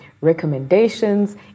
recommendations